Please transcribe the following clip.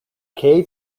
kay